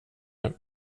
det